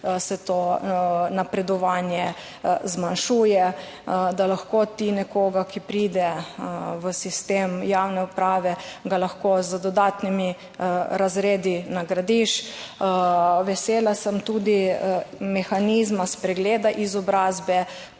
se to napredovanje zmanjšuje, da lahko ti nekoga, ki pride v sistem javne uprave, ga lahko z dodatnimi razredi nagradiš. Vesela sem tudi mehanizma spregleda izobrazbe,